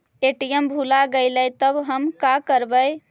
ATM भुला गेलय तब हम काकरवय?